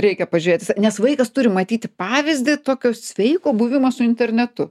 reikia pažiūrėtis nes vaikas turi matyti pavyzdį tokio sveiko buvimo su internetu